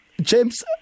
James